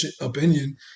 opinion